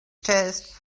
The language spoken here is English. chest